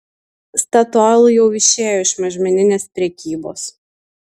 statoil jau išėjo iš mažmeninės prekybos